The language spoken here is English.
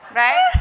right